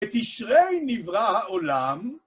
בתשרי נברא עולם